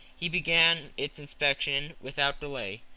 he began its inspection without delay,